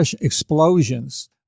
explosions